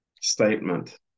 statement